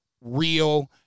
real